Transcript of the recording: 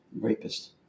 Rapist